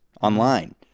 online